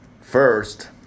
First